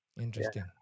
interesting